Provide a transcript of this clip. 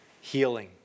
healing